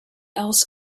else